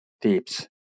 tips